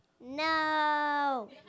No